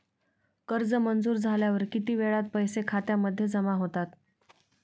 कर्ज मंजूर झाल्यावर किती वेळात पैसे खात्यामध्ये जमा होतात?